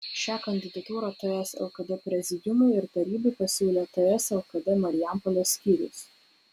šią kandidatūrą ts lkd prezidiumui ir tarybai pasiūlė ts lkd marijampolės skyrius